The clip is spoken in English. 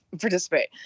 participate